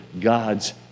God's